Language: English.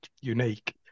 unique